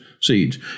seeds